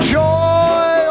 joy